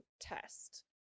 test